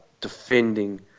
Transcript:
defending